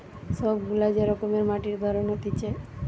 সব গুলা যে রকমের মাটির ধরন হতিছে